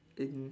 in